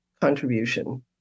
contribution